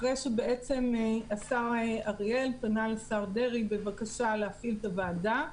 אחרי שהשר אריאל פנה לשר דרעי בבקשה להפעיל את הוועדה.